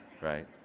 right